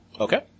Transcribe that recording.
Okay